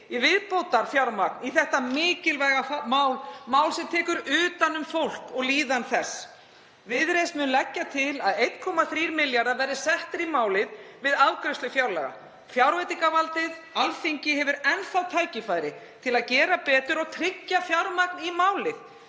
viðbótarfjármagn í þetta mikilvæga mál þar sem tekið er utan um fólk og líðan þess. Viðreisn mun leggja til að 1,3 milljarðar verði settir í málið við afgreiðslu fjárlaga. Fjárveitingavaldið, Alþingi, hefur enn þá tækifæri til að gera betur og tryggja fjármagn í málið.